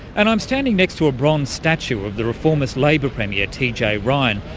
and i'm standing next to a bronze statue of the reformist labor premier, t. j. ryan.